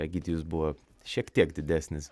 egidijus buvo šiek tiek didesnis